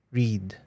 read